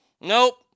Nope